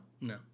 No